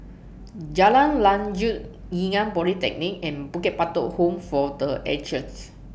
Jalan Lanjut Ngee Ann Polytechnic and Bukit Batok Home For The Ages